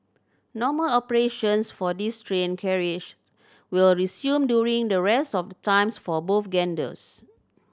normal operations for these train carriages will resume during the rest of the times for both genders